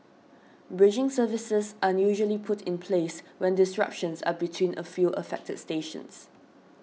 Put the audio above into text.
bridging services are usually put in place when disruptions are between a few affected stations